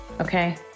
Okay